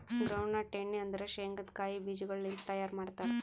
ground nut ಎಣ್ಣಿ ಅಂದುರ್ ಶೇಂಗದ್ ಕಾಯಿ ಬೀಜಗೊಳ್ ಲಿಂತ್ ತೈಯಾರ್ ಮಾಡ್ತಾರ್